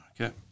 okay